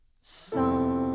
song